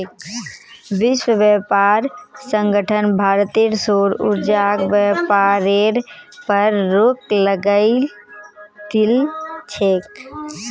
विश्व व्यापार संगठन भारतेर सौर ऊर्जाक व्यापारेर पर रोक लगई दिल छेक